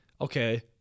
Okay